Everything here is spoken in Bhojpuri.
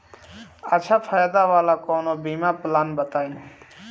अच्छा फायदा वाला कवनो बीमा पलान बताईं?